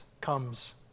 comes